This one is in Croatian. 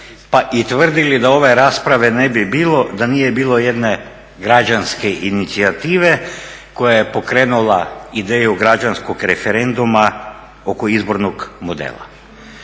pa i tvrdili da ove rasprave ne bi bilo da nije bilo jedne građanske inicijative koja je pokrenula ideju građanskog referenduma oko izbornog modela.